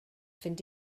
fynd